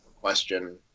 question